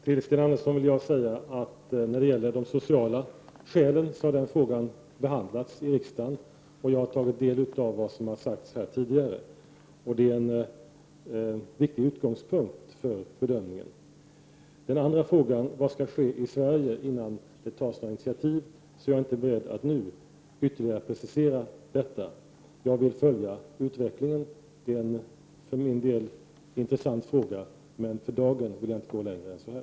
Herr talman! Till Sten Andersson i Malmö vill jag säga att de sociala skälen har behandlats i riksdagen. Jag har tagit del av vad som har sagts här tidigare. Det är en viktig utgångspunkt för bedömningen. Den andra frågan, vad som skall ske i Sverige innan det tas några initiativ, är jag inte beredd att nu ytterligare kommentera. Jag vill följa utvecklingen. Det är en för min del intressant fråga, men för dagen vill jag inte gå längre än så här.